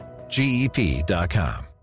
GEP.com